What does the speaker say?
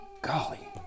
golly